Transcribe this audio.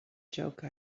joke